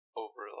over